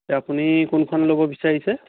তে আপুনি কোনখন ল'ব বিচাৰিছে